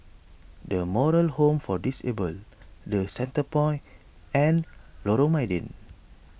the Moral Home for Disabled the Centrepoint and Lorong Mydin